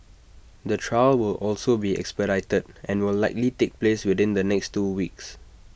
the trial will also be expedited and will likely take place within the next two weeks